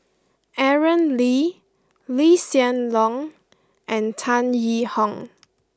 Aaron Lee Lee Hsien Loong and Tan Yee Hong